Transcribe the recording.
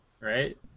right